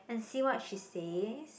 and see what she says